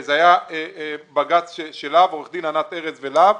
זה היה בג"ץ של עורכת דין ענת ארז ולה"ב.